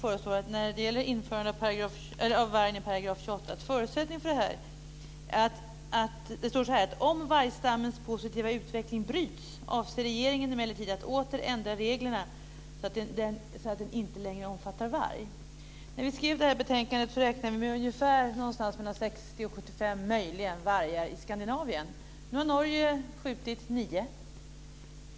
När det gäller införandet av varg i 28 § står det i det beslut regeringen föreslår: "Om vargstammens positiva utveckling bryts avser regeringen emellertid att åter ändra regleringen så att den inte längre omfattar varg." När vi skrev betänkandet räknade vi med möjligen 60-75 vargar i Skandinavien. Nu har Norge skjutit nio.